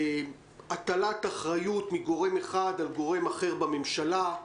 הטלת אחריות מגורם אחד על גורם אחר בממשלה,